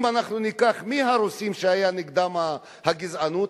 אם אנחנו ניקח, מי הרוסים שהיתה נגדם הגזענות?